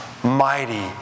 mighty